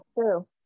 true